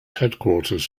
headquarters